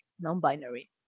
non-binary